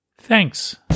Thanks